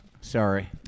sorry